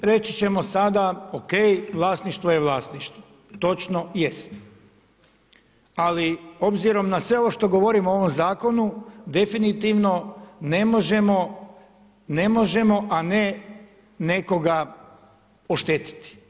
Reći ćemo sada ok, vlasništvo je vlasništvo, točno jest ali obzirom na sve ovo što govorimo o ovome zakonu definitivno ne možemo, ne možemo a ne nekoga oštetiti.